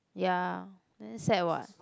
ya then sad what